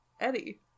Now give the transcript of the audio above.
Eddie